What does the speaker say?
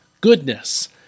goodness